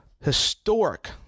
historic